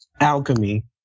alchemy